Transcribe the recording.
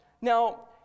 Now